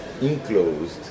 enclosed